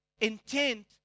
intent